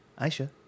Aisha